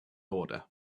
order